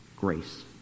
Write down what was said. grace